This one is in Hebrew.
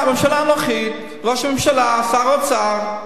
הממשלה הנוכחית, ראש הממשלה, שר האוצר.